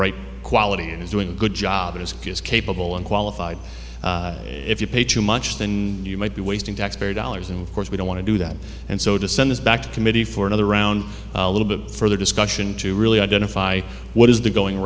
right quality who's doing a good job as good as capable and qualified if you pay too much than you might be wasting taxpayer dollars and of course we don't want to do that and so to send this back to committee for another round a little bit further discussion to really identify what is the going